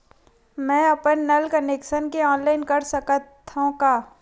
मैं अपन नल कनेक्शन के ऑनलाइन कर सकथव का?